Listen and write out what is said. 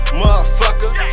motherfucker